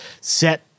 set